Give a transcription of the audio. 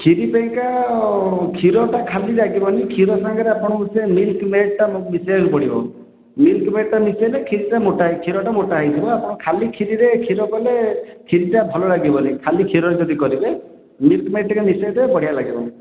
ଖିରି ପାଇଁକା କ୍ଷୀର ତ ଖାଲି ଲାଗିବନି କ୍ଷୀର ସାଙ୍ଗରେ ଆପଣ ସେ ମିଲକ ମେଡ଼ ଟା ମିଶେଇବାକୁ ପଡ଼ିବ ମିଲକ ମେଡ଼ ଟା ମିଶେଇଲେ କ୍ଷୀର ଟା ମୋଟା ଖିରି ଟା ମୋଟା ହେଇଯିବ ଆପଣ ଖାଳି କ୍ଷୀରରେ ଖିରି କଲେ ଖିରିଟା ଭଲ ଲାଗିବନି ଖାଲି କ୍ଷୀରରେ ଯଦି କରିବେ ମିଲକ ମେଡ଼ ଟିକେ ମିଶେଇ ଦେବେ ବଢ଼ିଆ ଲାଗିବ